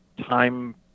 time